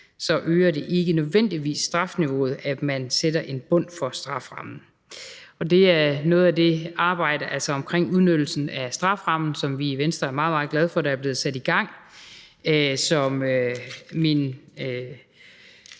øger det ikke nødvendigvis strafniveauet, at man sætter en bund for strafferammen. Og det er noget af det arbejde – altså omkring udnyttelsen af strafferammen – som vi i Venstre er meget, meget glade for er blevet sat i gang; noget,